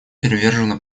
привержена